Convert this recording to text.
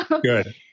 good